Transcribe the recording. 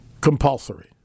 Compulsory